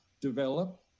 develop